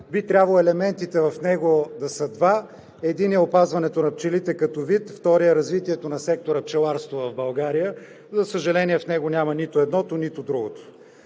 Би трябвало елементите в него да са два: единият – опазването на пчелите като вид, вторият – развитието на сектора „Пчеларство“ в България. За съжаление, в него няма нито едното, нито другото.